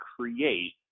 create